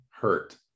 hurt